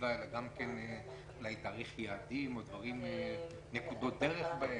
כתיבה אלא גם תאריכי יעד או נקודות דרך,